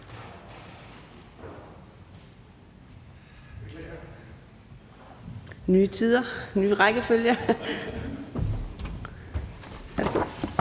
Nye tider, ny rækkefølge.